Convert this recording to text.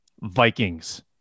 Vikings